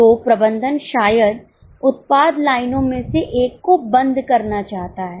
तो प्रबंधन शायद उत्पाद लाइनों में से एक को बंद करना चाहता है